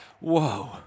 Whoa